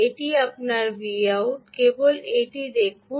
এটি আপনার Vout কেবল পয়েন্ট দেখুন